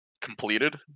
completed